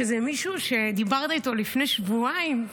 זה מישהו שדיברת איתו לפני שבועיים,